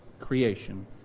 creation